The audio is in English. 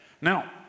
Now